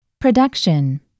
Production